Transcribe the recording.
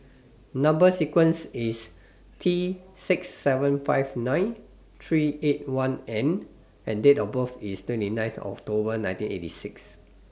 Number sequence IS T six seven five nine three eight one N and Date of birth IS twenty ninth October nineteen eighty six